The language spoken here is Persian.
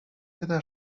پدر